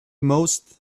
most